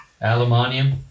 Aluminium